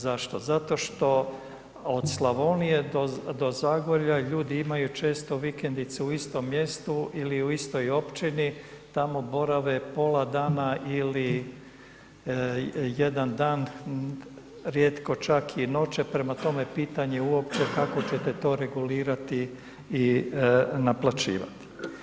Zašto, zato što od Slavonije do Zagorja ljudi imaju često vikendice u istom mjestu ili u istoj općini, tamo borave pola dana ili jedan dan, rijetko čak i noće prema tome pitanje uopće kako ćete to regulirati i naplaćivati.